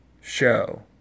Show